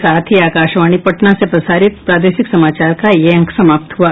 इसके साथ ही आकाशवाणी पटना से प्रसारित प्रादेशिक समाचार का ये अंक समाप्त हुआ